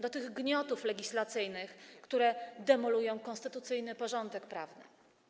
Do tych gniotów legislacyjnych, które demolują konstytucyjny porządek prawny?